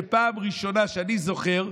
שפעם ראשונה שאני זוכר,